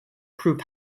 proved